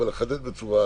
אני חושב